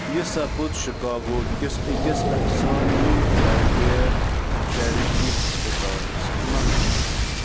یہِ سپُد شِکاگو کِس أکِس اَفسانوی پرٛایویٹ چٮ۪رِٹی ہسپتالَس منٛز